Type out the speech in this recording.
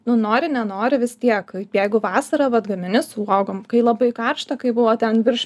nu nori nenori vis tiek jeigu vasara vat gamini su uogom kai labai karšta kai buvo ten virš